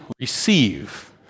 receive